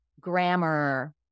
grammar